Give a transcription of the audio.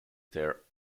their